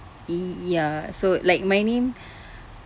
ya so like my name